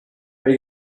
are